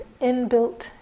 inbuilt